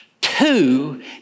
Two